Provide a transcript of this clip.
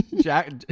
Jack